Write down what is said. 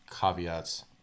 caveats